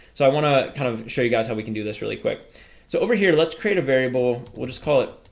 so i want to kind of show you guys how we can do this really quick so over here let's create a variable. we'll just call it.